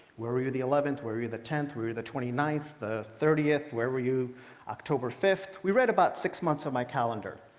where were you the eleventh? where were you the tenth? where were you the twenty ninth? the thirtieth? where were you october fifth? we read about six months of my calendar.